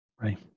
Right